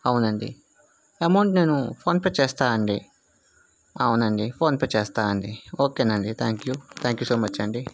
అవును అండి అమౌంట్ నేను ఫోన్పే చేస్తాను అండి అవును అండి ఫోన్పే చేస్తాను అండి ఓకే అండి thank you thank you so much అండి